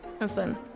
Listen